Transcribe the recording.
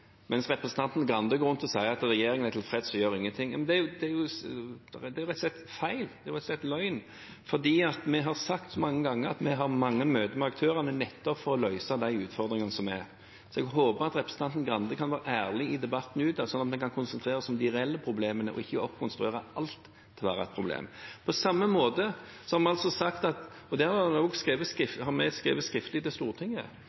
mens representanten Grande går rundt og sier at regjeringen er tilfreds og gjør ingenting. Det er rett og slett feil, det er rett og slett løgn, for vi har mange ganger sagt at vi har mange møter med aktørene, nettopp for å løse de utfordringene som er. Så jeg håper at representanten Grande kan være ærlig debatten ut, slik at vi kan konsentrere oss om de reelle problemene og ikke oppkonstruere alt til å være et problem. På samme måte har vi sagt – og det har vi sendt skriftlig til Stortinget